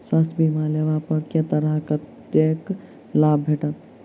स्वास्थ्य बीमा लेबा पर केँ तरहक करके लाभ भेटत?